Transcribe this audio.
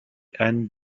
han